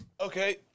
Okay